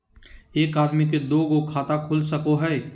एक आदमी के दू गो खाता खुल सको है?